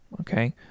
okay